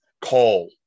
Call